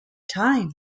time